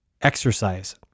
Exercise